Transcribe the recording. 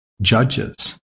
judges